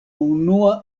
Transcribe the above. unua